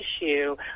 issue